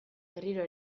berriro